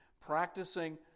practicing